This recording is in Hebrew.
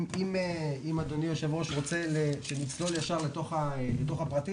אם אדוני היושב-ראש רוצה שנצלול ישר לתוך הפרטים